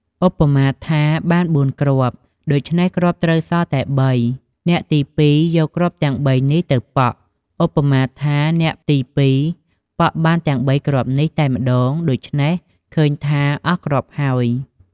ឧបមាថា បាន ៤ គ្រាប់ ដូច្នេះគ្រាប់ត្រូវសល់តែ ៣ អ្នកទី២ យកគ្រាប់ទាំង៣ នេះទៅប៉ក់ ឧបមាថា អ្នកទី២ ប៉ក់បានទាំង ៣ គ្រាប់នេះតែម្តង ដូច្នេះឃើញថាអស់គ្រាប់ហើយ។